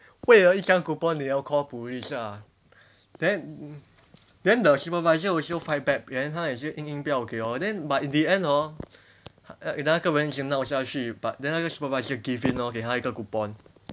为了一张 coupon 你要 call police ah then then the supervisor also fight back then 他也是硬硬不要给 then but in the end hor 那个人继续闹下去 but then 那个 supervisor give in lor 给他一个 coupon